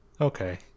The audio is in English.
okay